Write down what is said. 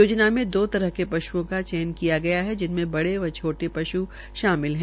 योजना में दो तरह के पश्ओं का चयन किया गया जिसमें बड़े व छोटे पश् शामिल है